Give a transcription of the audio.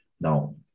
Now